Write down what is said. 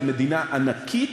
כמדינה ענקית,